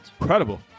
Incredible